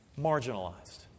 Marginalized